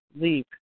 leave